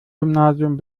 gymnasium